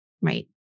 Right